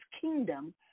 kingdom